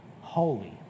holy